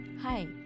Hi